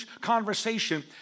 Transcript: conversation